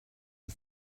the